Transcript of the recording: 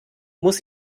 muss